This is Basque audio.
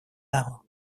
dago